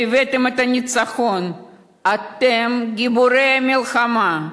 שהבאתם את הניצחון, אתם גיבורי המלחמה,